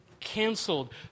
canceled